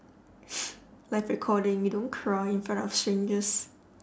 like recording we don't cry in front of strangers